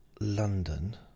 London